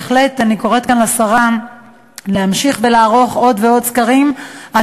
בהחלט אני קוראת כאן לשרה להמשיך ולערוך עוד ועוד סקרים על